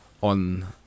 on